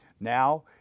Now